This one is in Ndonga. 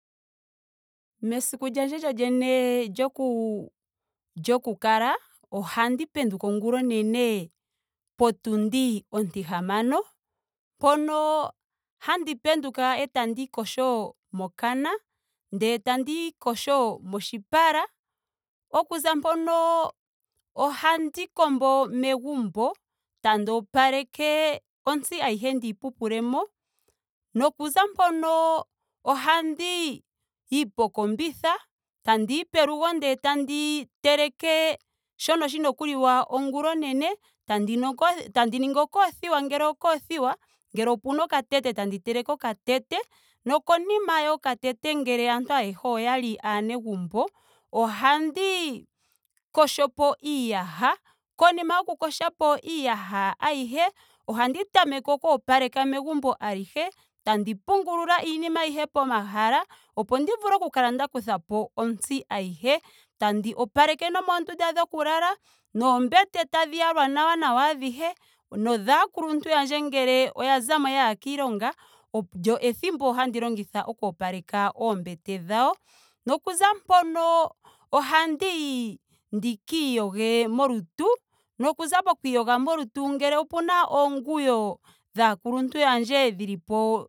Mesiku lyandje lyolyene lyoku ku- kala ohandi penduka ongula onene potundi onti hamano. mpono handi penduka etandii yogo mokana. ndele tandii yogo moshipala. Okuza mpono ohandi kombo megumbo. tandi opaleke ontsi ayihe ndiyi pupulemo. nokuza mpono ohandiyi pokombitha. tandiyi pelugo ndele tandi teleke shono shina oku liwa ongula onene. tandi nu- tandi ningi okothiwa ngele okoothiwa. ngele opena okatete tandi teleke okatete. Nokonima yokatete ngele aantu ayehe oyali aanegumbo. ohandi yogo po iiyaha. konima yoku yogapo iiyaha ayihe. ohandi tameke oku opaleka megumbo alihe. tandi pungulula iinima ayihe pomahala opo ndi vulu oku kala nda kuthapo otsi ayihe. tandi opaleke nomoondunda dhoku lala noombete tadhi yalwa nawa nawa adhihe nodhaakuluntu yandje ngele oya zamo yaya kiilonga olyo ehimbo handi longitha oku opaleka oombete dhawo. Nokuza mpono ohandiyi ndika iyoge molutu. nokuza poku iyoga molutu ngele opena oonguwo dhaakuluntu yandje dhilipo